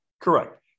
Correct